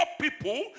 people